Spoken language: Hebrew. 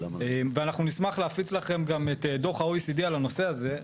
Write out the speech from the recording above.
ואנחנו נשמח להפיץ לכם גם את דו"ח ה-OECD על הנושא הזה,